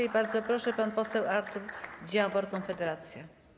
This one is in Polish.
I bardzo proszę, pan poseł Artur Dziambor, Konfederacja.